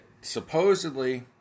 supposedly